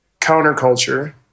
counterculture